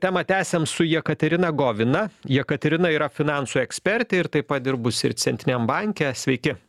temą tęsiam su jekaterina govina jekaterina yra finansų ekspertė ir taip pat dirbusi ir centriniam banke sveiki